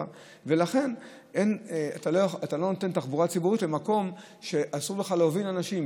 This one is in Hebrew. לכן אתה לא נותן תחבורה ציבורית במקום שאסור לך להוביל אליו אנשים.